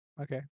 Okay